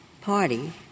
party